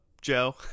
Joe